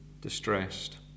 distressed